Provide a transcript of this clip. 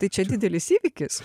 tai čia didelis įvykis